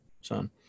son